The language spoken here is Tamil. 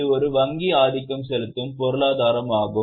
இது ஒரு வங்கி ஆதிக்கம் செலுத்தும் பொருளாதாரம் ஆகும்